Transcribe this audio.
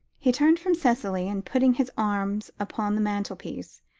he turned from cicely, and, putting his arms upon the mantelpiece,